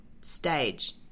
stage